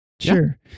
Sure